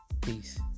Peace